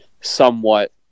somewhat